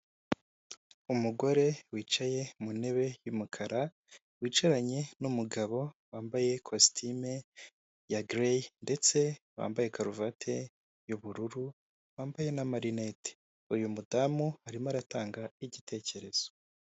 Umugore wicaye mu ntebe y'umukara, wicaranye n'umugabo wambaye ikositimu ya gireyi ndetse wambaye karuvati y'ubururu, wambaye n'amarinete, uyu mudamu arimo aratanga igitekerezo.